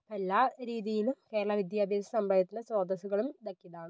എല്ലാ രീതിയിലും കേരള വിദ്യാഭ്യാസ സമ്പ്രദായത്തിലെ ശ്രോതസ്സുകളും ഇതൊക്കെയാണ്